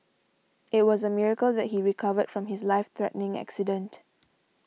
it was a miracle that he recovered from his life threatening accident